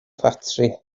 ffatri